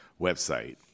website